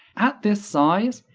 at this size,